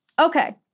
Okay